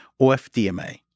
OFDMA